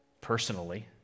personally